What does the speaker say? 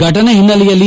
ಫಟನೆ ಹಿನ್ನೆಲೆಯಲ್ಲಿ